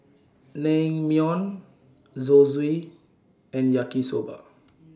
Naengmyeon Zosui and Yaki Soba